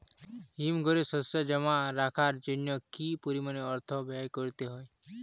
হিমঘরে শসা জমা রাখার জন্য কি পরিমাণ অর্থ ব্যয় করতে হয়?